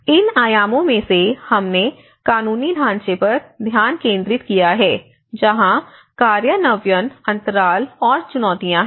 इन आयामों में सेहमने कानूनी ढांचे पर ध्यान केंद्रित किया है जहां कार्यान्वयन अंतराल और चुनौतियां हैं